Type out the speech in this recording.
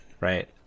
right